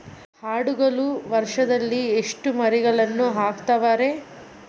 ಆಡುಗಳು ವರುಷದಲ್ಲಿ ಎಷ್ಟು ಮರಿಗಳನ್ನು ಹಾಕ್ತಾವ ರೇ?